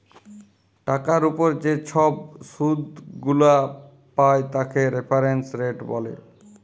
টাকার উপর যে ছব শুধ গুলা পায় তাকে রেফারেন্স রেট ব্যলে